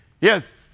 Yes